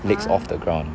legs off the ground